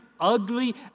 ugly